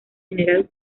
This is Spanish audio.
general